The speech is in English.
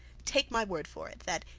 take my word for it, that,